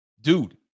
Dude